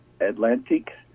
Atlantic